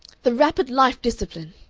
the wrappered life-discipline!